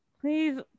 please